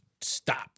stop